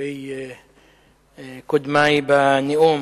לגבי קודמי בנאום.